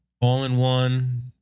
all-in-one